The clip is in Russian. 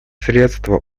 средства